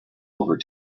over